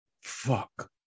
Fuck